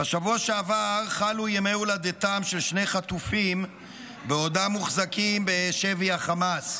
בשבוע שעבר חלו ימי הולדתם של שני חטופים בעודם מוחזקים בשבי החמאס.